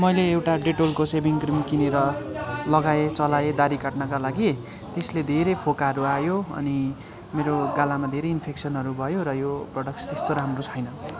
मैले एउटा डेटोलको सेभिङ क्रिम किनेर लगाएँ चलाएँ दाह्री काट्नका लागि त्यसले धेरै फोकाहरू आयो अनि मेरो गालामा धेरै इन्फेक्सनहरू भयो र यो प्रोडक्ट्स त्यस्तो राम्रो छैन